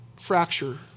fracture